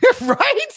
right